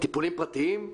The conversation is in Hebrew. טיפולים פרטיים,